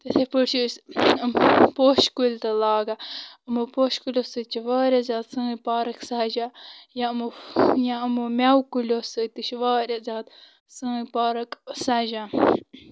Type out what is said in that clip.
تِتھَے پٲٹھۍ چھِ أسۍ یِم پوشہٕ کُلۍ تہِ لاگان یِمو پوشہٕ کُلیو سۭتۍ چھِ واریاہ زیادٕ سٲنۍ پارٕک سَجان یا یِمو یا یِمو مٮ۪وٕ کُلیو سۭتۍ تہِ چھِ واریاہ زیادٕ سٲنۍ پارٕک سَجان